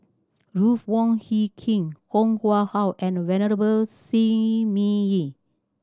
Ruth Wong Hie King Koh Nguang How and Venerable Shi Ming Yi